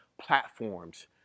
platforms